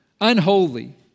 unholy